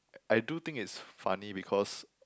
I do think it's funny because